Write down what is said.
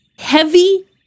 Heavy